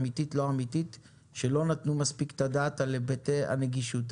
אמיתית או לא שלא נתנו מספיק את הדעת על היבטי הנגישות.